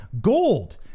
gold